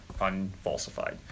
unfalsified